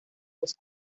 dos